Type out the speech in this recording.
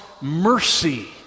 mercy